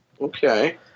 okay